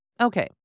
Okay